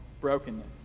brokenness